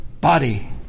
body